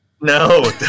No